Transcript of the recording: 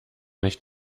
nicht